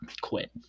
quit